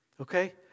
Okay